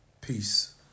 peace